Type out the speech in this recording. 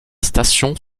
station